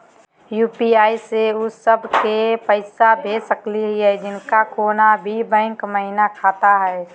UPI स उ सब क पैसा भेज सकली हई जिनका कोनो भी बैंको महिना खाता हई?